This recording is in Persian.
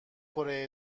کره